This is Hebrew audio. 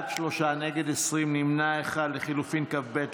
ההסתייגות לחלופין (כב)